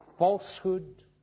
falsehood